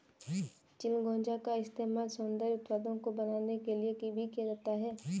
चिलगोजा का इस्तेमाल सौन्दर्य उत्पादों को बनाने के लिए भी किया जाता है